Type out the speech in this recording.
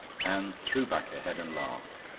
anne threw back her head and laughed.